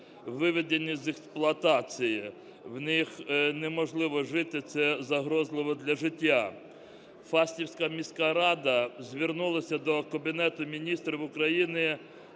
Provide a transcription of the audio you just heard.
виведені з експлуатації, в них неможливо жити, це загрозливо для життя. Фастівська міська рада звернулася до Кабінету Міністрів України